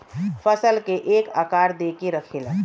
फसल के एक आकार दे के रखेला